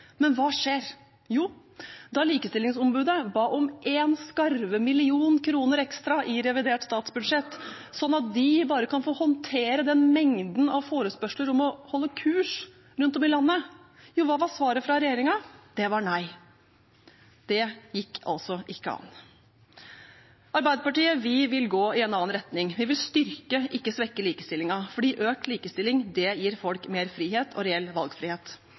Men hva skjer? Jo, da Likestillingsombudet ba om en skarve million kroner ekstra i revidert statsbudsjett for å kunne håndtere mengden av forespørsler om å holde kurs rundt om i landet, hva var svaret fra regjeringen? Det var nei. Det gikk altså ikke an. Arbeiderpartiet vil gå i en annen retning. Vi vil styrke, ikke svekke, likestillingen, for økt likestilling gir folk mer frihet og reell valgfrihet.